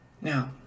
Now